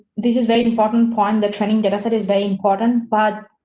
this is very important point. the training data set is very important, but.